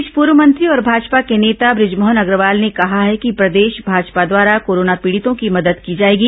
इस बीच पूर्व मंत्री और भाजपा के नेता ब्रजमोहन अग्रवाल ने कहा है कि प्रदेश भाजपा द्वारा कोरोना पीडितों की मदद की जाएगी